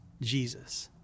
Jesus